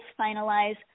finalize